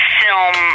film